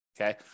Okay